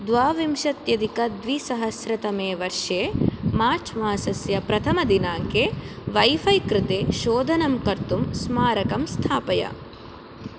द्वाविंशत्यधिकद्विसहस्रतमे वर्षे मार्च् मासस्य प्रथमदिनाङ्के वैफै कृते शोधनं कर्तुं स्मारकं स्थापय